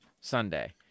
sunday